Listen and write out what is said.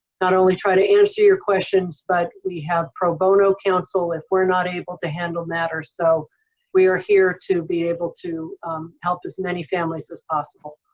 not only try to answer your questions but we have pro bono counsel if we're not able to handle matters. so we are here to be able to help as many families as possible.